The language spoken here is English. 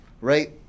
Right